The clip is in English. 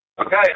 Okay